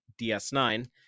DS9